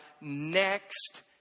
next